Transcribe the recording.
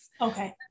Okay